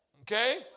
Okay